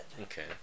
Okay